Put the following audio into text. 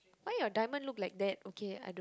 why your diamond look like that okay I don't